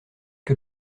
que